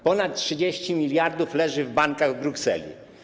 Ponad 30 mld leży w bankach w Brukseli.